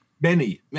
Benny